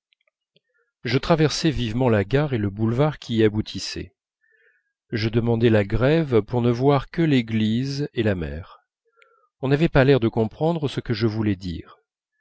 je traversai vivement la gare et le boulevard qui y aboutissait je demandai la grève pour ne voir que l'église et la mer on n'avait pas l'air de comprendre ce que je voulais dire